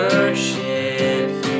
worship